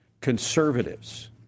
conservatives